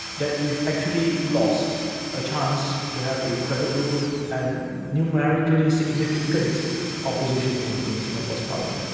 that we've actually lost a chance to have a credible and numerically significant opposition in in singapore's parliament.